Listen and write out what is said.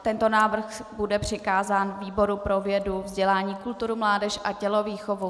Tento návrh bude přikázán výboru pro vědu, vzdělávání, kulturu, mládež a tělovýchovu.